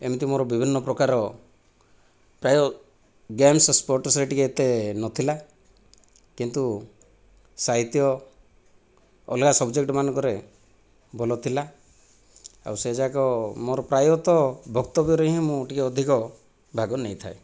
ଏମିତି ମୋର ବିଭିନ୍ନ ପ୍ରକାରର ପ୍ରାୟ ଗେମ୍ସ ସ୍ପୋଟସରେ ଟିକିଏ ଏତେ ନଥିଲା କିନ୍ତୁ ସାହିତ୍ୟ ଅଲଗା ସବଜେକ୍ଟମାନଙ୍କରେ ଭଲ ଥିଲା ଆଉ ସେ'ଯାକ ମୋର ପ୍ରାୟତଃ ବକ୍ତବ୍ୟରେ ହିଁ ମୁଁ ଟିକିଏ ଅଧିକ ଭାଗ ନେଇଥାଏ